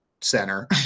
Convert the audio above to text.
center